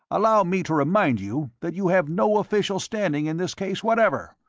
allow me to remind you that you have no official standing in this case whatever.